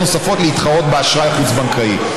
נוספות להתחרות באשראי החוץ-בנקאי.